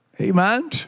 Amen